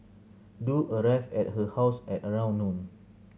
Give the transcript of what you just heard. Du arrived at her house at around noon